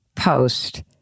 post